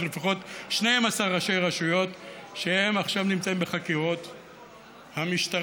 יש לפחות 12 ראשי רשויות שעכשיו נמצאים בחקירות המשטרה,